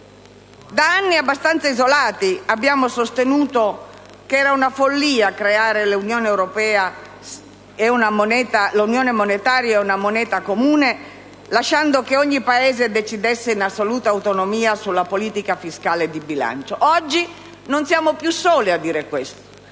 Da anni, abbastanza isolati, abbiamo sostenuto che era una follia creare l'Unione monetaria e una moneta comune lasciando che ogni Paese decidesse in assoluta autonomia sulla politica fiscale e di bilancio. Oggi non siamo più soli a dire questo: